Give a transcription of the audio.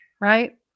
right